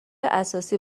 اساسی